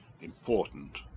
important